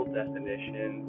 definition